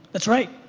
that's right.